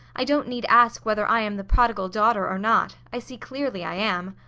i don't need ask whether i am the prodigal daughter or not. i see clearly i am.